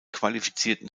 qualifizierten